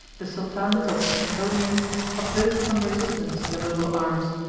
the sultans of iconium opposed some resistance to the mogul arms,